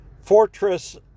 Fortress